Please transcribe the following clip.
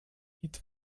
eat